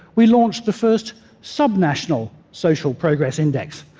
we launched the first subnational social progress index.